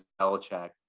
Belichick